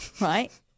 right